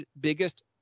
biggest